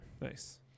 Nice